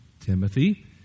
Timothy